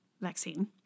vaccine